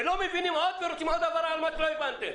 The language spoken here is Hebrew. ולא מבינים עוד ורוצים עוד הבהרה על מה שלא הבנתם.